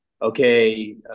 okay